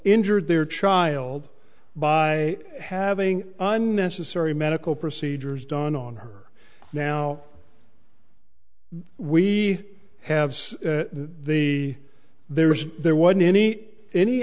injured their child by having unnecessary medical procedures done on her now we have the there's there wasn't any any